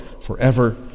forever